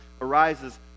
arises